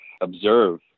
observe